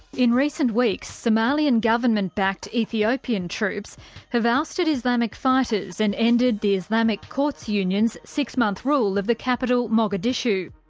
in recent weeks, somalian government-backed ethiopian troops have ousted islamic fighters and ended the islamic courts union's six-month rule of the capital, mogadishu.